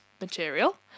material